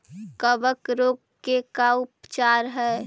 कबक रोग के का उपचार है?